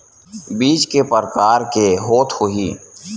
बीज के प्रकार के होत होही?